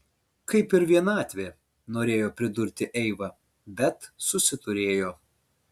kaip ir vienatvė norėjo pridurti eiva bet susiturėjo